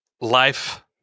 life